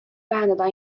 vähendada